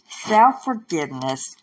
Self-forgiveness